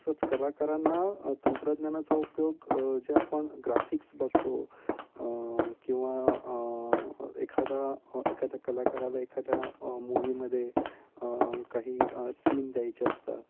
तसंच कलाकारांना तंत्रज्ञानाचा उपयोग जे आपण ग्राफिक्स बघतो किंवा एखादा एखाद्या कलाकाराला एखाद्या मूवीमध्ये काही सीन द्यायचे असतात